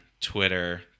twitter